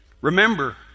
Remember